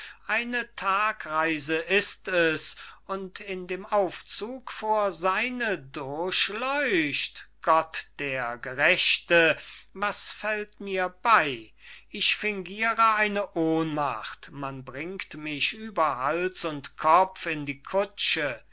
eine tagreise ist es und in dem aufzug vor seine durchleucht gott der gerechte was fällt mir bei ich fingiere eine ohnmacht man bringt mich über hals und kopf in die kutsche